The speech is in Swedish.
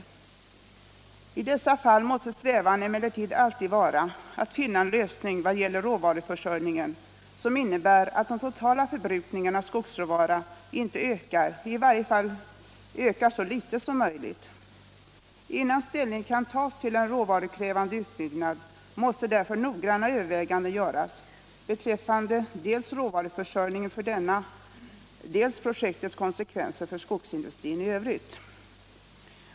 I dessa fall måste strävan emellertid alltid vara att finna en lösning vad gäller råvaruförsörjningen, som innebär att den totala förbrukningen av skogs råvara inte ökar eller i varje fall ökar så litet som möjligt. Innan ställning kan tas till en råvarukrävande utbyggnad måste därför noggranna överväganden göras beträffande dels råvaruförsörjningen för denna, dels projektets konsekvenser för skogsindustrin i övrigt.